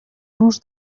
nos